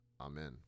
Amen